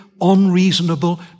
unreasonable